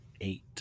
Eight